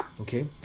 Okay